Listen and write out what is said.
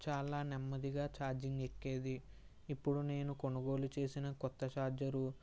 చాలా నెమ్మదిగా ఛార్జింగ్ ఎక్కేది ఇప్పుడు నేను కొనుగోలు చేసిన కొత్త ఛార్జరు